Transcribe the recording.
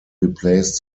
replaced